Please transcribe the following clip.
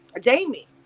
Jamie